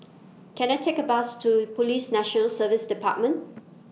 Can I Take A Bus to Police National Service department